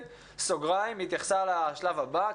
סוגריים, היא התייחסה לשלב הבא.